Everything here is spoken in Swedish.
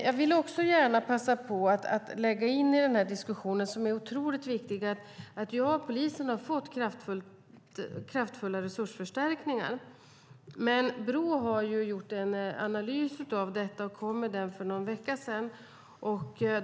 Jag vill också gärna passa på att lägga in i den här diskussionen, som är otroligt viktig, att det är riktigt att polisen har fått kraftfulla resursförstärkningar. Men Brå har gjort en analys av detta och kom med den för någon vecka sedan.